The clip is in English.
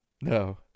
no